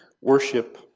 Worship